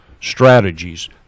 strategies